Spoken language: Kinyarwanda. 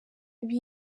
bibi